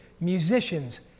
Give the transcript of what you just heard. musicians